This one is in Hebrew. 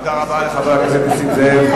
תודה רבה לחבר הכנסת נסים זאב.